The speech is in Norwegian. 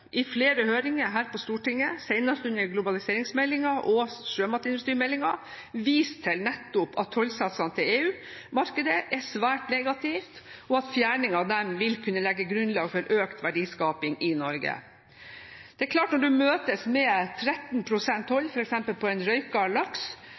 i flere høringer her på Stortinget, senest i forbindelse med globaliseringsmeldingen og sjømatindustrimeldingen, nettopp vist til at tollsatsene til EU-markedet er svært negative, og at fjerning av dem vil kunne legge grunnlag for økt verdiskaping i Norge. Det er klart at når man møtes med